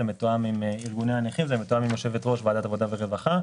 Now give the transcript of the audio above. זה מתואם עם ארגוני הנכים ומתואם עם יושבת ראש ועדת העבודה והרווחה,